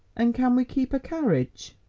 and can we keep a carriage?